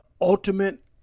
ultimate